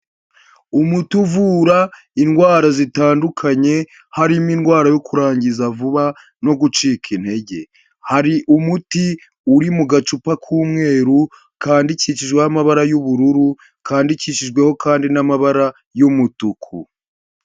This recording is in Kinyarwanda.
Umuti uvura indwara zitandukanye harimo indwara yo kurangiza vuba no gucika intege, hari umuti uri mu gacupa k'umweru kandikishijweho amabara y'ubururu, kandikishijweho kandi n'amabara y'umutuku.